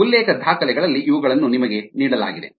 ಉಲ್ಲೇಖ ದಾಖಲೆಗಳಲ್ಲಿ ಇವುಗಳನ್ನು ನಿಮಗೆ ನೀಡಲಾಗಿದೆ